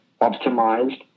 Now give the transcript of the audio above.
optimized